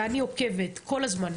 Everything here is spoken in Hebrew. ואני עוקבת כל הזמן.